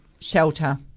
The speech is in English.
shelter